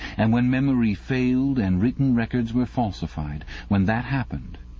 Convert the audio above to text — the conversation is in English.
and when memory failed and written records were falsified when that happened,